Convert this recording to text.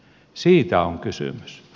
siitä on kysymys